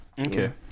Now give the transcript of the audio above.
Okay